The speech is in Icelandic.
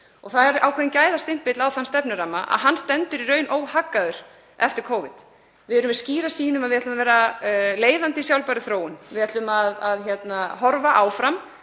og það er ákveðinn gæðastimpill á þann stefnuramma að hann stendur í raun óhaggaður eftir Covid. Við erum með skýra sýn um að við ætlum að vera leiðandi í sjálfbærri þróun. Við ætlum að horfa áfram